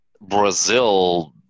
Brazil